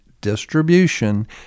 distribution